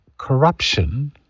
Corruption